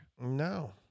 No